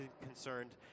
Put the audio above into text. concerned